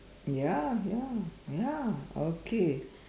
ya ya ya okay